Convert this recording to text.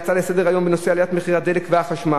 בהצעה לסדר-היום בנושא עליית מחירי הדלק והחשמל,